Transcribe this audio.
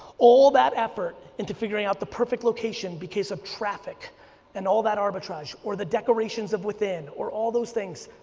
all that effort into figuring out the perfect location because of traffic and all that arbitrage, or the decorations of within, or all those things,